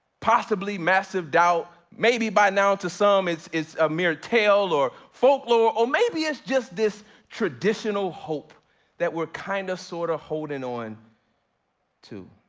possibly massive doubt, maybe by now to some it's it's a mere tale or folklore. or maybe it's just this traditional hope that we're kind of sorta holding on to.